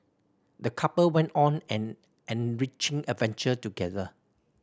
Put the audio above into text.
the couple went on an enriching adventure together